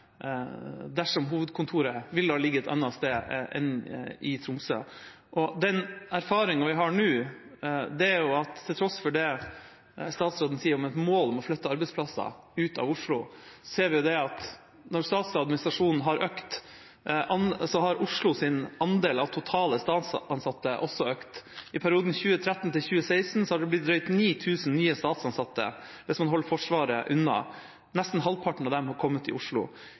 ligge et annet sted enn i Tromsø. Den erfaringen vi har nå – til tross for det statsråden sier om målet om å flytte arbeidsplasser ut av Oslo – er at vi ser at når statsadministrasjonen har økt, har Oslos andel av statsansatte totalt også økt. I perioden 2013–2016 har det blitt drøyt 9 000 nye statsansatte, hvis man holder Forsvaret unna, og nesten halvparten av dem har kommet i Oslo.